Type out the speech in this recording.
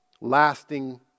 lasting